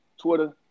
Twitter